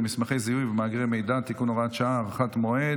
במסמכי זיהוי ובמאגר מידע (תיקון הוראת שעה) (הארכת מועד),